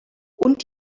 und